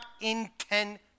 intend